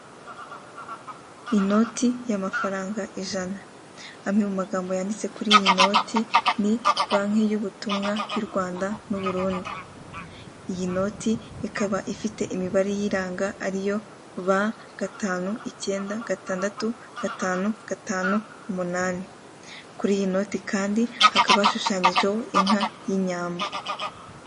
Igikakarubamba bagitunganyiriza mu ruganda bakavanamo umutobe bakawushyira mu gacupa, uwo mutobe ukajya uvura indwara zitandukanye zirimo inzoka zo mu nda na amibi.